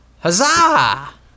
Huzzah